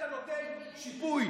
והוא קיבל עוד דקה וחצי בונוס.